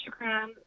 Instagram